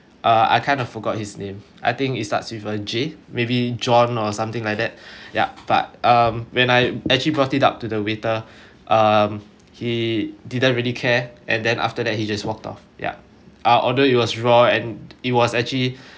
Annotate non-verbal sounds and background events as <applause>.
uh I kind of forgot his name I think it starts with a J maybe john or something like that <breath> yup but um when I actually brought it up to the waiter um he didn't really care and then after that he just walked off yup uh our order it was raw and it was actually